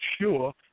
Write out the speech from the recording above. sure